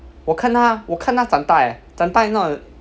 我看他我看他长大 eh 长大 you know